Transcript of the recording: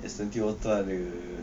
S twenty ultra ada